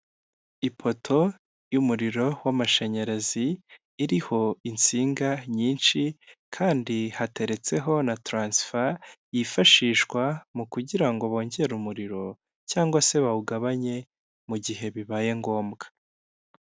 Ipoto y'umuriro w'amashanyarazi iriho insinga nyinshi kandi hateretseho na taransifa yifashishwa mu kugira ngo bongere umuriro cyangwa se bawugabanye mu gihe bibaye ngombwa.